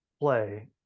play